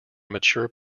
mature